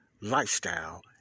lifestyle